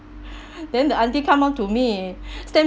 then the auntie come out to me stand